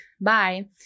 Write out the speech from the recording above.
bye